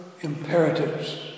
imperatives